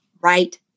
right